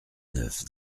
neuf